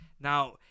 Now